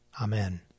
Amen